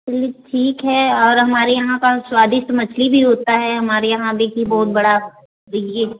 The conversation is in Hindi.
चलिए ठीक है और हमारे यहाँ का स्वादिष्ट मछली भी होता है हमारे यहाँ भी की बहुत बड़ा बिकी